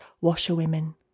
washerwomen